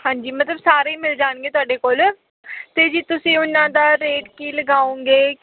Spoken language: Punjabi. ਹਾਂਜੀ ਮਤਲਬ ਸਾਰੇ ਹੀ ਮਿਲ ਜਾਣਗੇ ਤੁਹਾਡੇ ਕੋਲ ਅਤੇ ਜੀ ਤੁਸੀਂ ਉਹਨਾਂ ਦਾ ਰੇਟ ਕੀ ਲਗਾਓਂਗੇ